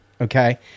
okay